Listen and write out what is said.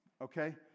Okay